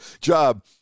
job